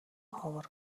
ховор